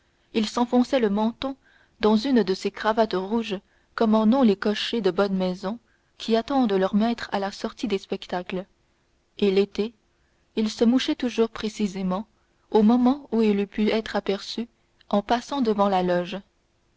il s'enfonçait le menton dans une de ces cravates rouges comme en ont les cochers de bonne maison qui attendent leurs maîtres à la sortie des spectacles et l'été il se mouchait toujours précisément au moment où il eût pu être aperçu en passant devant la loge